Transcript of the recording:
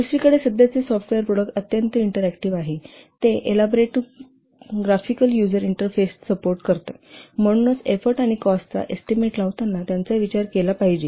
दुसरीकडे सध्याचे software product अत्यंत इंटरऍक्टिव्ह आहेत ते elaborated graphical user interface support करतात म्हणून एफोर्ट आणि कॉस्टचा एस्टीमेट लावताना त्यांचा विचार केला पाहिजे